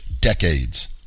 decades